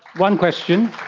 one question.